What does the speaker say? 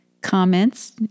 comments